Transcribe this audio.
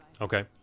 okay